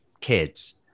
kids